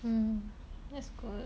mm that's good